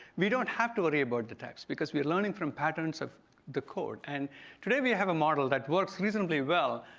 we don't have to worry about the texts because we're learning from patterns of the code. and today we have a model that works reasonably well,